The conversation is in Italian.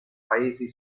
paesi